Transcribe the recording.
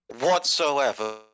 whatsoever